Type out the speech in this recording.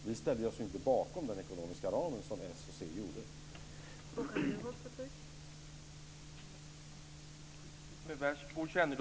Vi ställde oss ju inte bakom den ekonomiska ramen som Socialdemokraterna och Centern gjorde.